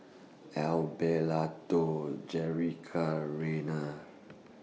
Abelardo Jerrica Reina